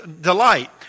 delight